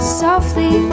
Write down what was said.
softly